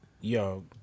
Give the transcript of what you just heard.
Yo